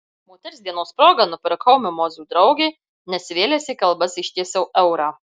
moters dienos proga nupirkau mimozų draugei nesivėlęs į kalbas ištiesiau eurą